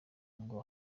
ngo